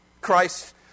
christ